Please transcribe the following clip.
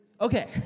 Okay